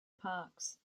parks